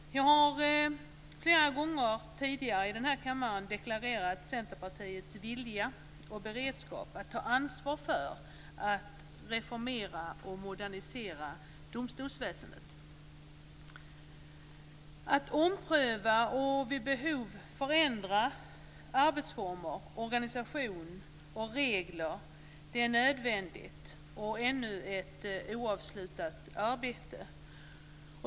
Jag har flera gånger tidigare i kammaren deklarerat Centerpartiets vilja och beredskap att ta ansvar för att reformera och modernisera domstolsväsendet. Det är nödvändigt att ompröva och vid behov förändra arbetsformer, organisation och regler - och det är ett ännu oavslutat arbete.